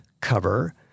cover